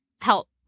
help